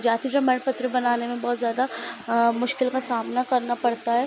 जाति प्रमाण पत्र बनाने में बहुत ज़्यादा मुश्किल का सामना करना पड़ता है